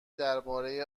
درباره